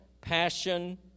passion